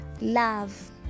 love